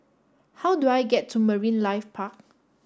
how do I get to Marine Life Park